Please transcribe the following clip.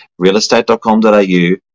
RealEstate.com.au